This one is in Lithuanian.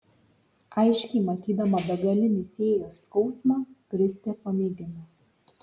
aiškiai matydama begalinį fėjos skausmą kristė pamėgino